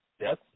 Yes